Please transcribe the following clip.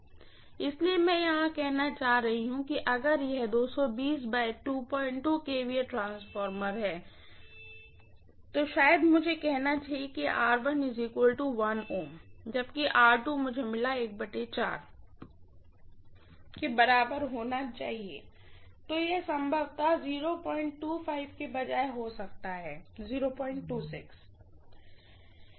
इसलिए मैं यहाँ क्या कहना चाह रही हूँ अगर यह ट्रांसफार्मर है तो ट्रांसफार्मर शायद मुझे कहना चाहिए कि Ω है जबकि R2 जो मुझे मिला है वह बराबर होना चाहिए तो यह संभवतः के बजाय हो सकता है यह Ω हो सकता है